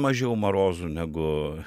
mažiau marozų negu